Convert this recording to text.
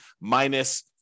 minus